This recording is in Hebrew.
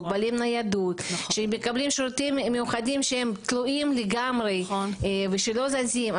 מוגבלי ניידות שמקבלים שירותים מיוחדים שתלויים לגמרי ולא זזים,